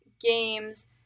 games